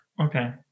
Okay